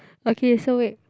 okay so wait